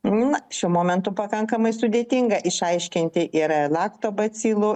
na šiuo momentu pakankamai sudėtinga išaiškinti yra laktobacilų